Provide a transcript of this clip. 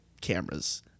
cameras